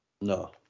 No